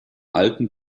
alten